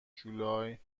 جولای